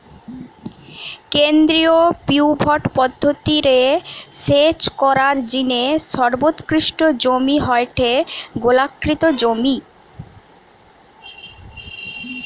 কেন্দ্রীয় পিভট পদ্ধতি রে সেচ করার জিনে সর্বোৎকৃষ্ট জমি হয়ঠে গোলাকৃতি জমি